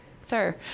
sir